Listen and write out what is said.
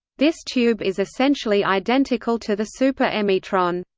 this tube is essentially identical to the super-emitron.